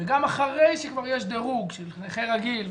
וגם אחרי שכבר יש דרוג של נכה רגיל,